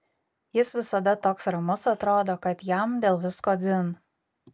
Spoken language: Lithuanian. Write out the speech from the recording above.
jis visada toks ramus atrodo kad jam dėl visko dzin